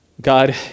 God